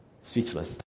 speechless